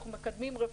אנחנו מקדמים רפורמות,